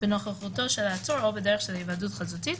בנוכחותו של העצור או בדרך של היוועדות חזותית